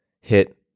hit